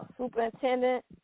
superintendent